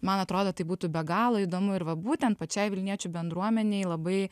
man atrodo tai būtų be galo įdomu ir va būtent pačiai vilniečių bendruomenei labai